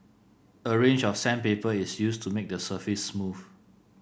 a range of sandpaper is used to make the surface smooth